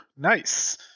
Nice